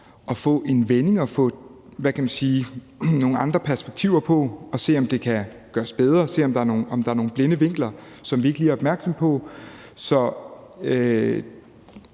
at få en vending, at få nogle andre perspektiver på og se, om det kan gøres bedre, og se, om der er nogle blinde vinkler, som vi ikke lige er opmærksomme på.